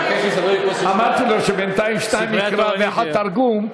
אמרתי לו שבינתיים שניים מקרא ואחד תרגום,